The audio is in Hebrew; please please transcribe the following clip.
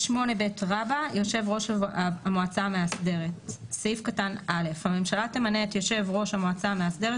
יושב-ראש המועצה המאסדרת 8ב. (א)"הממשלה תמנה את יושב ראש-המועצה המאסדרת